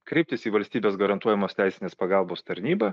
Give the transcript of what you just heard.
kreiptis į valstybės garantuojamos teisinės pagalbos tarnybą